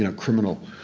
and criminal.